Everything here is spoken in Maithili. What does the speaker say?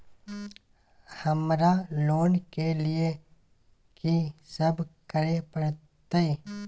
हमरा लोन के लिए की सब करे परतै?